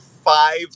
five